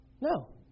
No